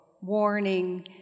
warning